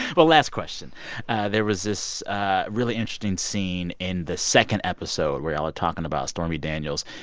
well, last question there was this really interesting scene in the second episode where y'all are talking about stormy daniels,